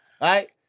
right